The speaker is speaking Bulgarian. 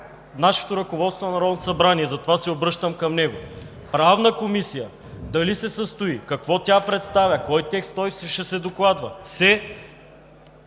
нашето ръководство на Народното събрание и затова се обръщам към него. Правната комисия дали се състои, какво тя представя, кой текст ще се докладва се